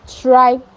try